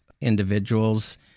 individuals